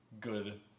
good